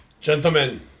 Gentlemen